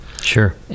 Sure